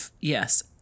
yes